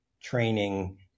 training